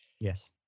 Yes